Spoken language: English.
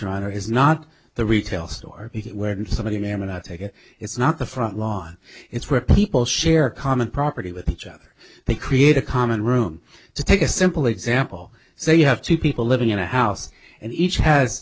your honor is not the retail store it where somebody in antarctica it's not the front lawn it's where people share common property with each other they create a common room to take a simple example so you have two people living in a house and each has